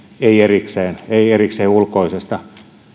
ei erikseen ei erikseen ulkoisesta